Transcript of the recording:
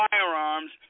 firearms